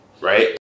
Right